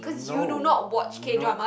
no no